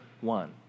one